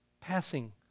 passing